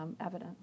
evidence